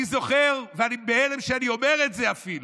אני זוכר, ואני בהלם שאני אומר את זה אפילו,